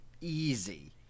easy